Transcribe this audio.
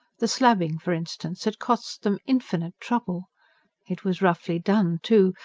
the slabbing, for instance, had cost them infinite trouble it was roughly done, too,